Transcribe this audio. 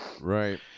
right